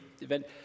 event